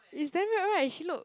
is damn weird [right] she look